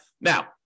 Now